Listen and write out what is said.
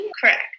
Correct